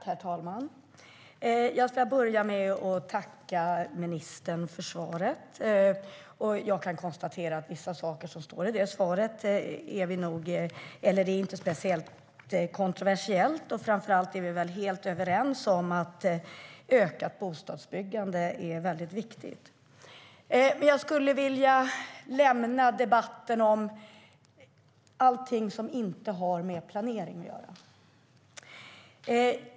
Herr talman! Jag ska börja med att tacka ministern för svaret. Jag kan konstatera att vissa saker som står i svaret inte är speciellt kontroversiella, och framför allt är vi väl helt överens om att ökat bostadsbyggande är väldigt viktigt. Jag skulle vilja lämna debatten om allting som inte har med planering att göra.